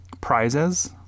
prizes